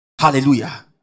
Hallelujah